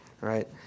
right